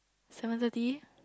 seven thirty